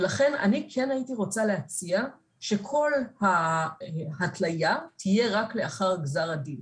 לכן אני כן הייתי רוצה להציע שכל ההתליה תהיה רק לאחר גזר הדין.